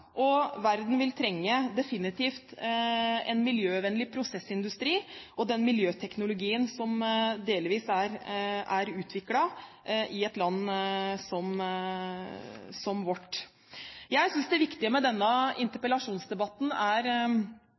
Og verden vil definitivt trenge en miljøvennlig prosessindustri og den miljøteknologien som delvis er utviklet i et land som vårt. Jeg synes at det viktige med denne interpellasjonsdebatten er